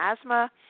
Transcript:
asthma